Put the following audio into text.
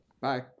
bye